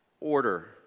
order